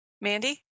Mandy